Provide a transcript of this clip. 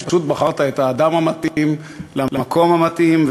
פשוט בחרת את האדם המתאים למקום המתאים,